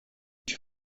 ich